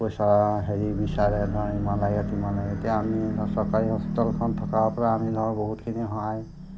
পইচা হেৰি বিচাৰে ধৰ ইমান লাগে তিমান লাগে এতিয়া আমি চৰকাৰী হস্পিতেলখন থকাৰ পৰা আমি ধৰক বহুতখিনি সহায়